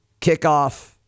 kickoff